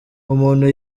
umuntu